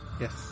Yes